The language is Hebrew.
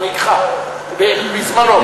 מנהיגך, בזמנו.